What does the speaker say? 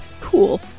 cool